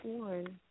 one